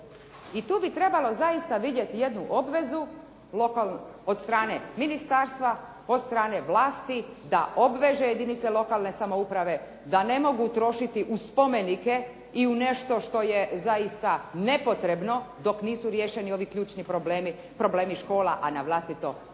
I tu bi trebalo zaista vidjeti jednu obvezu od strane ministarstva, od strane vlasti da obveže jedinice lokalne samouprave da ne mogu trošiti u spomenike i u nešto što je zaista nepotrebno dok nisu riješeni ovi ključni problemi, problemi škola a na vlastito